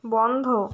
বন্ধ